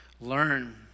learn